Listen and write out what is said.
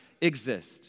exist